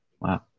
Wow